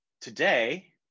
today